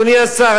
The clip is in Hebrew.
אדוני השר,